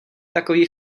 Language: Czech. takový